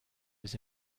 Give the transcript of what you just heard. was